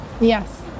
Yes